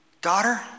Daughter